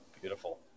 Beautiful